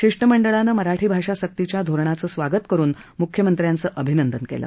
शिष्टमंडळाने मराठी भाषा सक्तीच्या धोरणाचे स्वागत करून मुख्यमंत्र्यांचे अभिनंदन केलं